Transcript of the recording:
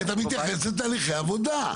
--- נכון, כי אתה מתייחס לתהליכי העבודה.